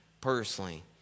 personally